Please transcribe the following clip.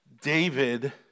David